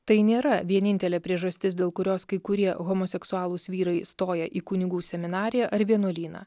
tai nėra vienintelė priežastis dėl kurios kai kurie homoseksualūs vyrai stoja į kunigų seminariją ar vienuolyną